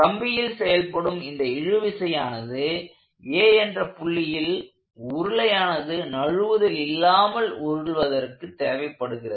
கம்பியில் செயல்படும் இந்த இழுவிசையானது A என்ற புள்ளியில் உருளையானது நழுவுதல் இல்லாமல் உருள்வதற்கு தேவைப்படுகிறது